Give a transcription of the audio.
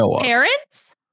parents